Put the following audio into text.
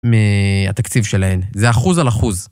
מהתקציב שלהם, זה אחוז על אחוז.